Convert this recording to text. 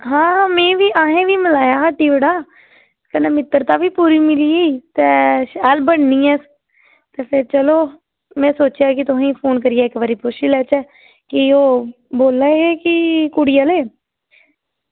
हां में बी अहें बी मलाया हा टिबड़ा कन्नै मित्रता बी पूरी मिली गेई ते शैल बननी ऐ ते फिर चलो में सोचेआ कि तुसेंगी फोन करियै इक बारी पुच्छी लैचै कि ओह् बोला दे हे कि कुड़ी आह्ले